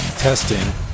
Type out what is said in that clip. testing